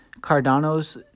Cardano's